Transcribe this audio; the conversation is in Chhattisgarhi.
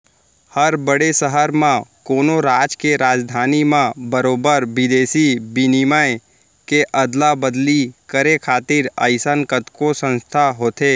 हर बड़े सहर म, कोनो राज के राजधानी म बरोबर बिदेसी बिनिमय के अदला बदली करे खातिर अइसन कतको संस्था होथे